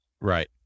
Right